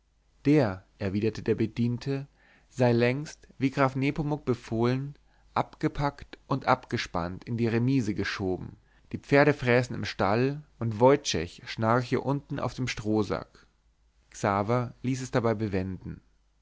der erwiderte der bediente sei längst wie graf nepomuk befohlen abgepackt und abgespannt in die remise geschoben die pferde fräßen im stall und woyciech schnarche unten auf dem strohsack xaver ließ es dabei bewenden